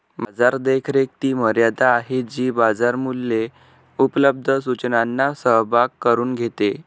बाजार देखरेख ती मर्यादा आहे जी बाजार मूल्ये उपलब्ध सूचनांचा सहभाग करून घेते